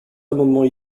amendements